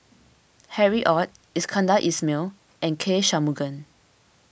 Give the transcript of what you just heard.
Harry Ord Iskandar Ismail and K Shanmugam